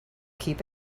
keep